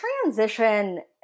transition